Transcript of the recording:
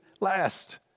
Last